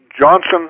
Johnson